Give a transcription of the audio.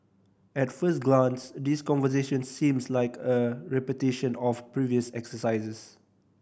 at first glance these conversations seems like a repetition of previous exercises